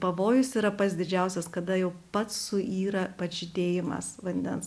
pavojus yra pats didžiausias kada jau pats suyra pats žydėjimas vandens